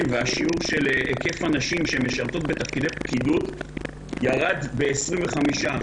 והשיעור של היקף הנשים שמשרתות בתפקידי פקידות ירד ב-25%.